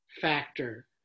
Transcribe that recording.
factor